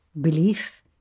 Belief